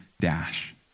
dash